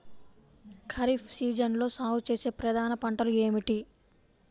ఖరీఫ్ సీజన్లో సాగుచేసే ప్రధాన పంటలు ఏమిటీ?